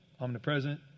omnipresent